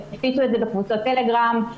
הם הפיצו אותו בקבוצות טלגרם,